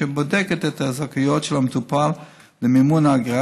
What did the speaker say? והיא בודקת את הזכאות של המטופל למימון האגרה